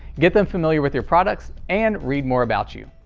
get them familiar with your products and read more about you.